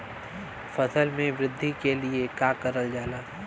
फसल मे वृद्धि के लिए का करल जाला?